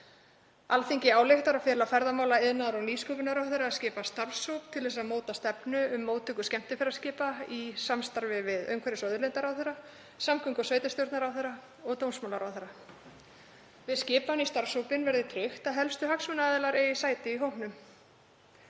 „Alþingi ályktar að fela ferðamála-, iðnaðar- og nýsköpunarráðherra að skipa starfshóp til að móta stefnu um móttöku skemmtiferðaskipa í samráði við umhverfis- og auðlindaráðherra, samgöngu- og sveitarstjórnarráðherra og dómsmálaráðherra. Við skipan í starfshópinn verði tryggt að helstu hagsmunaaðilar eigi sæti í hópnum.